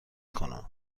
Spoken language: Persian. کنم